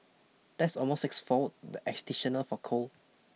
that's almost sixfold the for coal